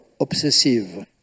obsessive